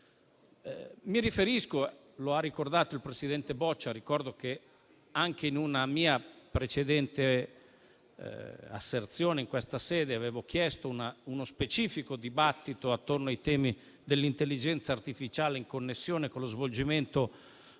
in Svizzera. Come ha ricordato il presidente Boccia, ricordo che anche in una mia precedente asserzione in questa sede avevo chiesto uno specifico dibattito attorno ai temi dell'intelligenza artificiale, in connessione con lo svolgimento del